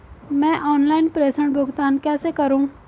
मैं ऑनलाइन प्रेषण भुगतान कैसे करूँ?